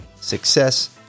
success